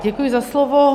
Děkuji za slovo.